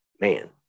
man